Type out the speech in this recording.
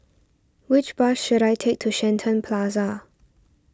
which bus should I take to Shenton Plaza